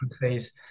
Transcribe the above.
face